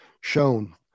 shown